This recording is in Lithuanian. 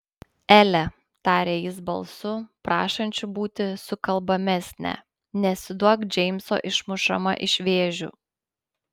ele tarė jis balsu prašančiu būti sukalbamesnę nesiduok džeimso išmušama iš vėžių